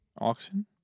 auction